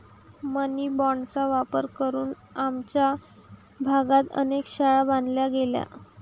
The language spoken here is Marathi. मनी बाँडचा वापर करून आमच्या भागात अनेक शाळा बांधल्या गेल्या